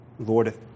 Lord